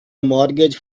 mortgage